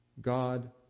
God